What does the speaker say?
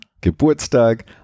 Geburtstag